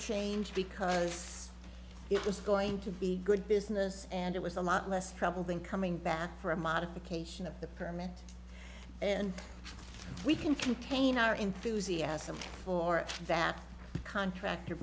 change because it was going to be a good business and it was a lot less trouble than coming back for a modification of the permit and we can contain our enthusiasm for that contractor